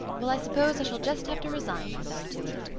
well, i suppose i shall just have to resign myself to it.